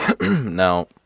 Now